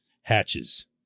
hatches